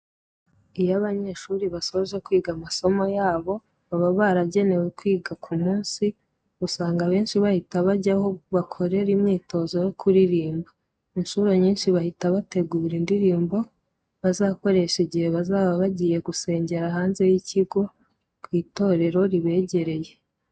Iyo abanyeshuri basoje kwiga amasomo yabo baba baragenewe kwiga ku munsi usanga abenshi bahita bajya aho bakorera imyitozo yo kuririmba. Inshuro nyinshi bahita bategura indirimbo bazakoresha igihe bazaba bagiye gusengera hanze y'ikigo ku itorero ribegereye.